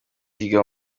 yiga